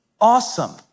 awesome